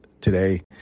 today